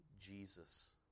Jesus